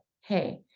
Hey